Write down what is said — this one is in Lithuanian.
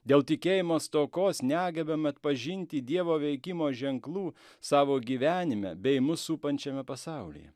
dėl tikėjimo stokos negebame atpažinti dievo veikimo ženklų savo gyvenime bei mus supančiame pasaulyje